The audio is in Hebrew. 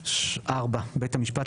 "(4) בית משפט,